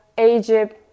Egypt